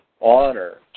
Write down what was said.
honor